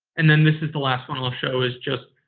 and then this is the last one i'll show, is just,